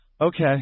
okay